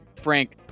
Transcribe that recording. Frank